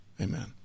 Amen